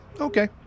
okay